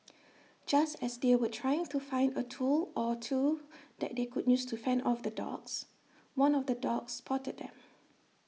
just as they were trying to find A tool or two that they could use to fend off the dogs one of the dogs spotted them